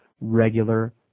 regular